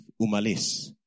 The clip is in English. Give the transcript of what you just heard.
umalis